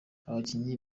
abakinnyi